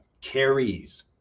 carries